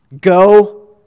go